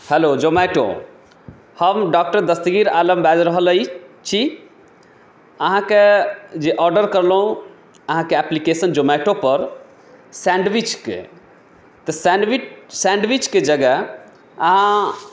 hello Zomato हम doctor Dastagir Alam बाजि रहल अहि छी अहाँके जे ऑर्डर करलहुँ अहाँके एप्लीकेशन जोमैटोपर सैन्डविचके तऽ सैन्डविच सैन्डविचके जगह अहाँ